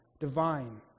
divine